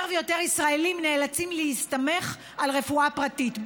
יותר ויותר ישראלים נאלצים להסתמך על רפואה פרטית,